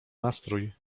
nastrój